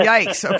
Yikes